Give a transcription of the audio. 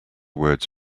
words